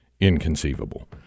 Inconceivable